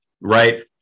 right